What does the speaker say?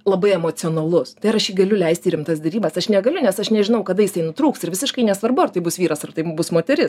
labai emocionalus tai ar aš jį galiu leisti į rimtas derybas aš negaliu nes aš nežinau kada jisai nutrūks ir visiškai nesvarbu ar tai bus vyras ar taip bus moteris